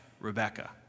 Rebecca